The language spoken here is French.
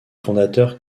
fondateurs